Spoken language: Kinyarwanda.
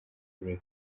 rev